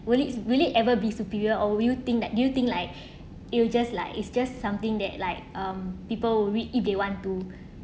will it really ever be superior or we'll think that do you think like it'll just like it's just something that like um people will read if they want to